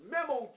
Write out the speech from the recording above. Memo